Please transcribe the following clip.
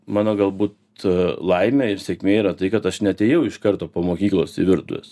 mano galbūt laimė ir sėkmė yra tai kad aš neatėjau iš karto po mokyklos į virtuves